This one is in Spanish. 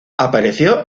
apareció